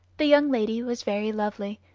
the young lady was very lovely,